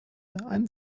ein